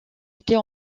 était